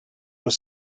were